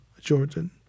Jordan